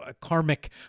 karmic